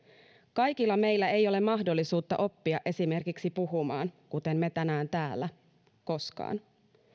kaikilla meillä ei ole mahdollisuutta oppia esimerkiksi puhumaan kuten me tänään täällä koskaan